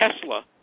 Tesla